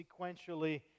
sequentially